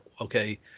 Okay